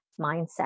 mindset